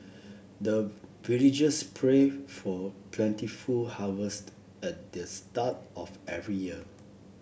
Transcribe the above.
the villagers pray for plentiful harvest at the start of every year